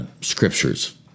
scriptures